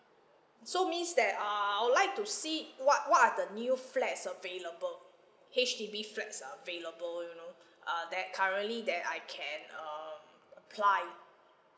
so means that err I would like to see what what are the new flats available H_D_B flats available you know uh that currently that I can get um apply